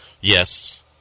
Yes